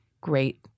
great